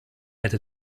hätte